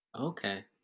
Okay